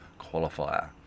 qualifier